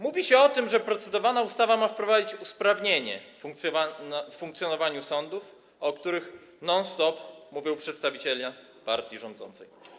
Mówi się o tym, że procedowana ustawa ma wprowadzić usprawnienia w funkcjonowaniu sądów, o których non stop mówią przedstawiciele partii rządzącej.